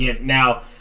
Now